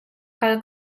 kal